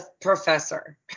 professor